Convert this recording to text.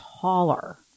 taller